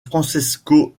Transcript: francesco